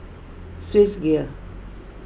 Swissgear